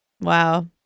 Wow